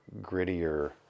grittier